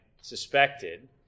suspected